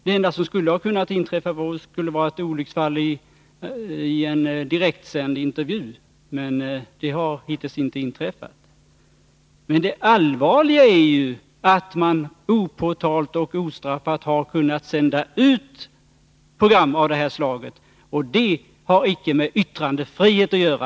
Det enda som skulle kunna inträffa är ett olycksfall i en direktsänd intervju, men det har hittills inte inträffat. Det allvarliga är emellertid att man opåtalt och ostraffat har kunnat sända program av det här slaget. Detta har icke med yttrandefrihet att göra.